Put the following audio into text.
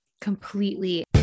Completely